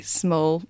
small